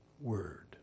word